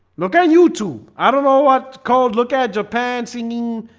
look at youtube. i don't know what cold look at japan singing,